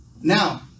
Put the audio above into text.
Now